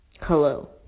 Hello